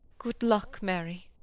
good luck, mary.